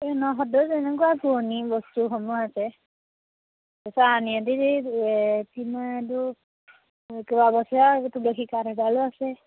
এই নসত্ৰ যেনেকুৱা পুৰণি বস্তুসমূহ আছে তাৰপাছত আউনীআটীত এই তুলসী কাঠ এডালো আছে